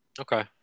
okay